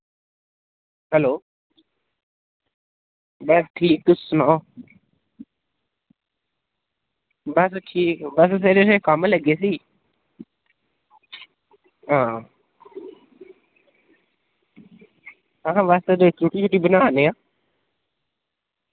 hello में ठीक तुस सनाओ बस ठीक बस तुहाड़े कम्म लग्गी दी ही आं अस मस्त बस रुट्टी बना ने आं